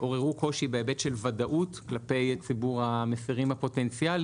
עוררו קושי בהיבט של ודאות כלפי ציבור המפרים הפוטנציאליים,